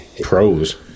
pros